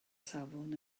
safon